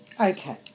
Okay